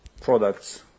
products